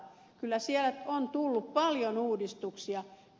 kyllä sieltä on tullut paljon uudistuksia